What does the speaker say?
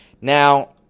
Now